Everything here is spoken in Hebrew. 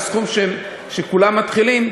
בסכום שכולם מתחילים,